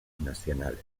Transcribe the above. nacionales